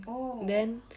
oh